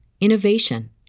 innovation